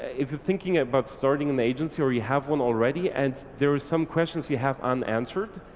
if you're thinking about starting an agency or you have one already, and there are some questions you have unanswered,